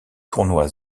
tournois